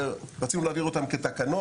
רצינו להעביר את זה כתקנות,